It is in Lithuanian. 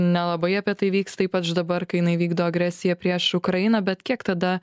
nelabai apie tai vyksta ypač dabar kai jinai vykdo agresiją prieš ukrainą bet kiek tada